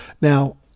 Now